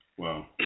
Wow